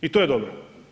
I to je dobro.